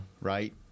right